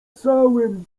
całym